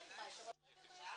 בשעה 13:00.